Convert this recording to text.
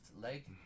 leg